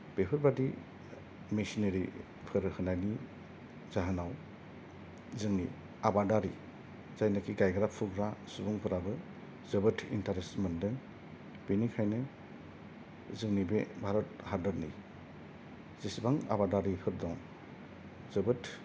बेफोरबादि मेसिनारिफोर होनायनि जाहोनाव जोंनि आबादारि जायनोखि गायग्रा फुग्रा सुबुंफोराबो जोबोद इन्तारेस मोनदों बेनिखायनो जोंनि बे भारत हादरनि जेसेबां आबादारिफोर दं जोबोद